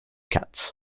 cats